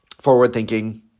forward-thinking